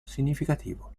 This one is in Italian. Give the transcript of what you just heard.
significativo